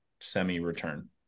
semi-return